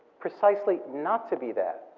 precisely not to be that.